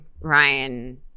Ryan